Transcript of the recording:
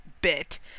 bit